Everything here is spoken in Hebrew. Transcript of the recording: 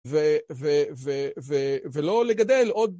ו... ו... ו.. ולא לגדל עוד